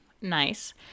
Nice